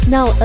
Now